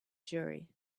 jury